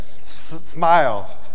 smile